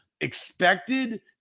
expected